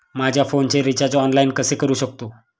माझ्या फोनचे recharge online कसे करू शकतो?